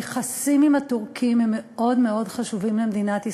היחסים עם הטורקים הם מאוד מאוד חשובים למדינת ישראל.